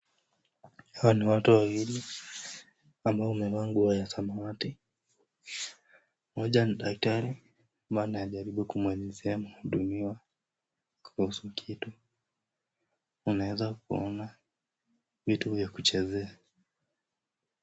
Hawa ni watu wawili ambao wamevaa nguo za samawati. Mmoja ni daktari ambaye anajaribu kumuelezea mhudumiwa kuhusu kitu. Unaweza kuona vitu vya kuchezea.